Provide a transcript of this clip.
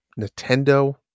Nintendo